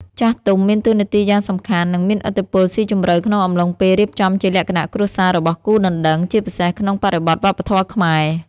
ចាស់ទុំមានតួនាទីយ៉ាងសំខាន់ និងមានឥទ្ធិពលស៊ីជម្រៅក្នុងអំឡុងពេលរៀបចំជាលក្ខណៈគ្រួសាររបស់គូដណ្ដឹង ជាពិសេសក្នុងបរិបទវប្បធម៌ខ្មែរ។